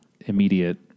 immediate